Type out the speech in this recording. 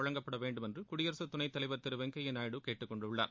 வழங்கப்பட வேண்டும் என்று குடியரசுத் துணைத் தலைவர் திரு வெங்கப்யா நாயுடு கேட்டுக் கொண்டுள்ளார்